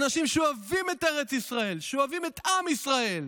אנשים שאוהבים את ארץ ישראל, שאוהבים את עם ישראל,